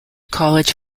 college